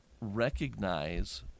recognize